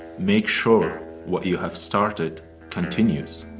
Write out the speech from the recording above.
make sure what you have started continues